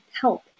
help